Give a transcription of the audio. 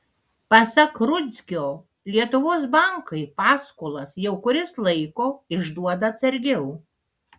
pasak rudzkio lietuvos bankai paskolas jau kuris laiko išduoda atsargiau